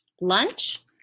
lunch